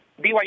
BYU